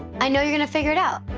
i know you're going to figure it out.